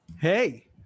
Hey